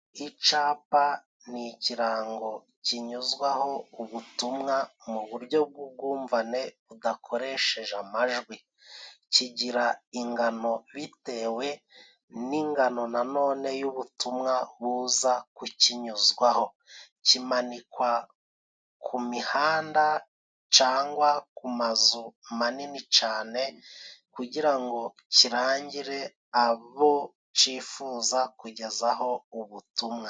Icapa ni ikirango kinyuzwaho ubutumwa mu buryo bw'ubwumvane budakoresheje amajwi. Kigira ingano bitewe n'ingano nanone y'ubutumwa buza kukinyuzwaho. Kimanikwa ku mihanda cangwa ku mazu manini cane kugira ngo kirangire abo cifuza kugezaho ubutumwa.